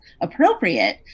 appropriate